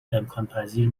امکانپذیر